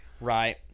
Right